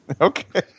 Okay